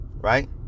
Right